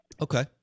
Okay